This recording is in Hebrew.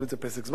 אבל בסדר.